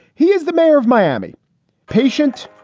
he is the mayor of miami patient,